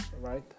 right